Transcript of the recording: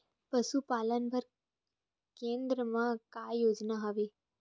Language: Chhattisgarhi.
पशुपालन बर केन्द्र म का योजना हवे?